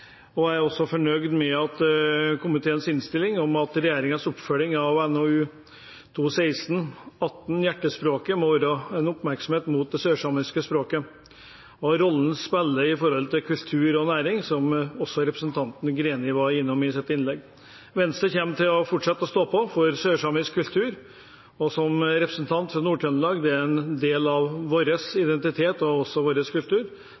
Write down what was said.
sørsamiske. Jeg er også fornøyd med komiteens innstilling om at regjeringens oppfølging av NOU 2016:18, Hjertespråket, må rette oppmerksomhet mot det sørsamiske språket og rollen det spiller for kultur og næring, som også representanten Greni var innom i sitt innlegg. Venstre kommer til å fortsette å stå på for sørsamisk kultur, og for meg, som representant for Nord-Trøndelag – der dette også er en del av vår identitet og vår kultur